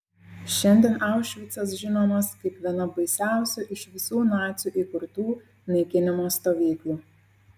šiandien aušvicas žinomas kaip viena baisiausių iš visų nacių įkurtų naikinimo stovyklų